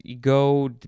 Go